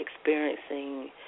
experiencing